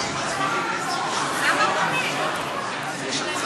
שר החקלאות,